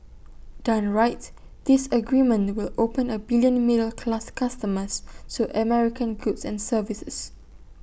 done right this agreement will open A billion middle class customers to American goods and services